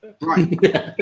Right